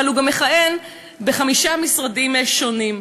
אבל הוא גם מכהן בחמישה משרדים שונים.